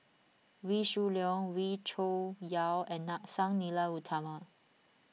Wee Shoo Leong Wee Cho Yaw and Sang Nila Utama